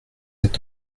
êtes